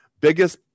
Biggest